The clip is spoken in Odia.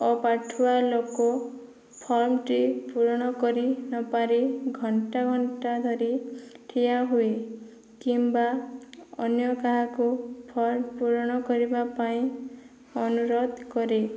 ଅପାଠୁଆ ଲୋକ ଫର୍ମଟି ପୂରଣ କରି ନପାରି ଘଣ୍ଟା ଘଣ୍ଟା ଧରି ଠିଆ ହୋଇ କିମ୍ବା ଅନ୍ୟ କାହାକୁ ଫର୍ମ ପୂରଣ କରିବା ପାଇଁ ଅନୁରୋଧ କରେ